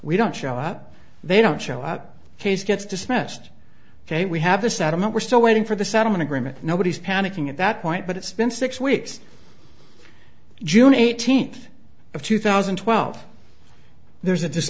we don't show up they don't show up case gets dismissed ok we have a settlement we're still waiting for the settlement agreement nobody's panicking at that point but it's been six weeks june eighteenth of two thousand and twelve there's a